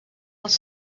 als